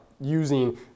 using